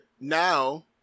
now